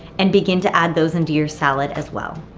and begin to add those into your salad as well.